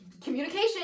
communication